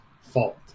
fault